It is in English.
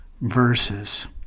verses